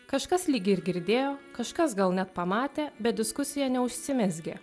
kažkas lyg ir girdėjo kažkas gal net pamatė bet diskusija neužsimezgė